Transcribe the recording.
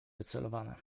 wycelowane